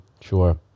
sure